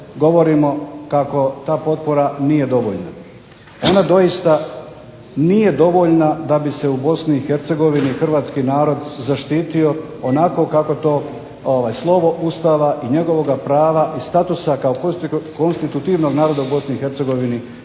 govorimo kako ta potpora nije dovoljna, nama doista nije dovoljna da bi se u Bosni i Hercegovini Hrvatski narod zaštitio onako kako to slovo ustava i njegovoga prava i statusa kao konstitutivnog naroda u Bosni i Hercegovini